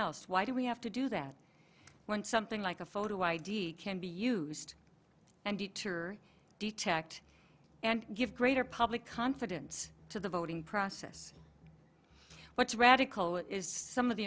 else why do we have to do that when something like a photo id can be used and detour detect and give greater public confidence to the voting process what's radical is some of the